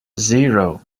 zero